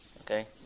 Okay